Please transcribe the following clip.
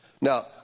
Now